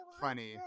funny